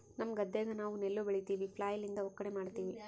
ನಮ್ಮ ಗದ್ದೆಗ ನಾವು ನೆಲ್ಲು ಬೆಳಿತಿವಿ, ಫ್ಲ್ಯಾಯ್ಲ್ ಲಿಂದ ಒಕ್ಕಣೆ ಮಾಡ್ತಿವಿ